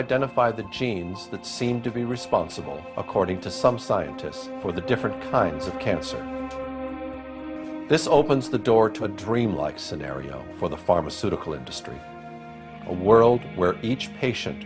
identify the genes that seem to be responsible according to some scientists for the different kinds of cancer this opens the door to a dream like scenario for the pharmaceutical industry a world where each patient